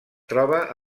troba